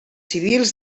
civils